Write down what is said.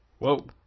Whoa